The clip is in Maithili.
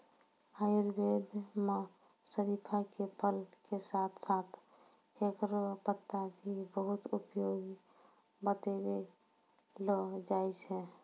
आयुर्वेद मं शरीफा के फल के साथं साथं हेकरो पत्ता भी बहुत उपयोगी बतैलो जाय छै